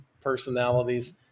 personalities